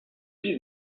see